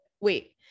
wait